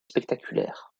spectaculaires